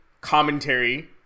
commentary